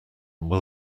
will